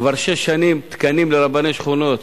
כבר שש שנים תקנים לרבני שכונות